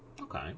Okay